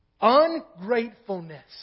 Ungratefulness